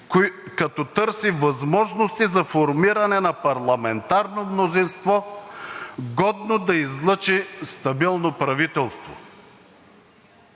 като търси възможности за формиране на парламентарно мнозинство, годно да излъчи стабилно правителство.